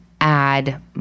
add